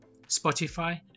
Spotify